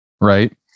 right